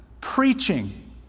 preaching